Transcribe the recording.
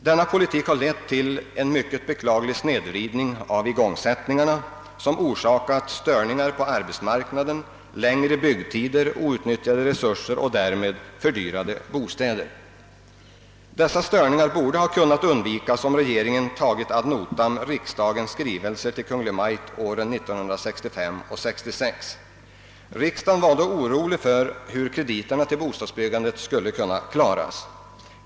Denna politik har lett till en mycket beklaglig snedvridning av igångsättningarna som orsakat störningar på arbetsmarknaden, längre byggtider, out nyttjade resurser och därmed fördyrade bostäder. Dessa störningar borde ha kunnat undvikas om regeringen tagit ad notam riksdagens skrivelser till Kungl. Maj:t åren 1965 och 1966. Riksdagen var då orolig för hur krediterna till bostadsbyggandet skulle klaras.